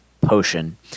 Potion